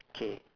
K